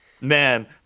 man